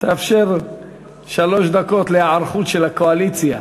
תאפשר שלוש דקות להיערכות של הקואליציה.